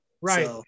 Right